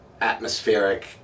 atmospheric